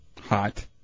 Hot